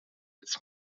its